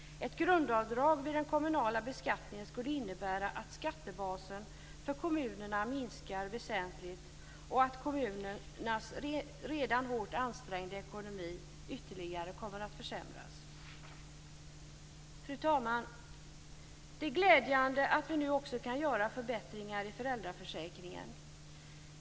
Ett grundavdrag vid den kommunala beskattningen skulle innebära att skattebasen för kommunerna minskar väsentligt och att kommunernas redan hårt ansträngda ekonomi ytterligare kommer att försämras. Fru talman! Det är glädjande att vi nu också kan göra förbättringar i föräldraförsäkringen.